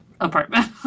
apartment